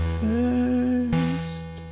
first